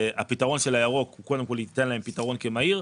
הפתרון של הירוק קודם כול ייתן לה פתרון מהר.